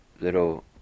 little